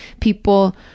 people